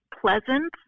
pleasant